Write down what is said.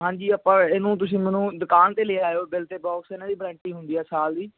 ਹਾਂਜੀ ਆਪਾਂ ਇਹਨੂੰ ਤੁਸੀਂ ਉਹਨੂੰ ਦੁਕਾਨ 'ਤੇ ਲੈ ਆਇਓ ਬਿੱਲ ਅਤੇ ਬੋਕਸ ਇਹਨਾਂ ਦੀ ਵਾਰੰਟੀ ਹੁੰਦੀ ਆ ਸਾਲ ਦੀ